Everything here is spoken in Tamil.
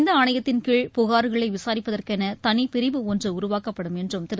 இந்த ஆணையத்தின்கீழ் புகா்களை விசாரிப்பதற்கென தனிப்பிரிவு ஒன்று உருவாக்கப்படும் என்றும் திரு